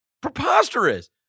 preposterous